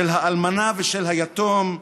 של האלמנה ושל היתום,